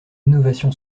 innovation